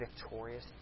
victorious